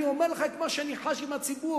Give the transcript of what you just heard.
אני אומר לך את מה שאני חש עם הציבור,